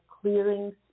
clearing